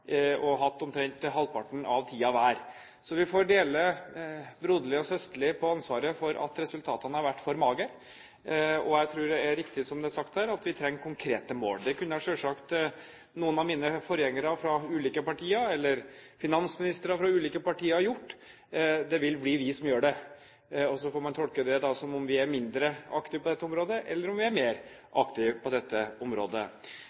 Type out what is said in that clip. og hatt omtrent halvparten av tiden hver. Så vi får dele broderlig og søsterlig på ansvaret for at resultatene har vært for magre. Jeg tror det er riktig, som det også er sagt her, at vi trenger konkrete mål. Det kunne selvsagt noen av mine forgjengere fra ulike partier eller finansministre fra ulike partier ha gjort, men det vil bli vi som gjør det. Og så får man tolke det da, som at vi er mindre aktive på dette området, eller som at vi er mer aktive på dette området.